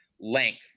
Length